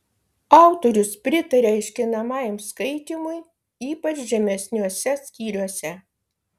autorius pritaria aiškinamajam skaitymui ypač žemesniuose skyriuose